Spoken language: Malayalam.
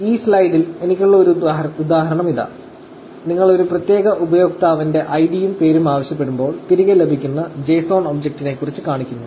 ഈ സ്ലൈഡിൽ എനിക്കുള്ള ഒരു ഉദാഹരണം ഇതാ നിങ്ങൾ ഒരു പ്രത്യേക ഉപയോക്താവിന്റെ ഐഡിയും പേരും ആവശ്യപ്പെടുമ്പോൾ തിരികെ ലഭിക്കുന്ന JSON ഒബ്ജക്റ്റിനെക്കുറിച്ച് കാണിക്കുന്നു